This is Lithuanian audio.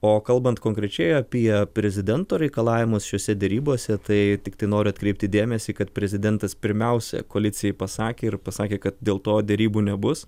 o kalbant konkrečiai apie prezidento reikalavimus šiose derybose tai tiktai noriu atkreipti dėmesį kad prezidentas pirmiausia koalicijai pasakė ir pasakė kad dėl to derybų nebus